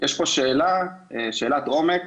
יש פה שאלת עומק